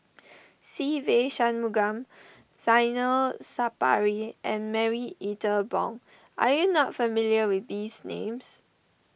Se Ve Shanmugam Zainal Sapari and Marie Ethel Bong are you not familiar with these names